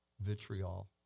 vitriol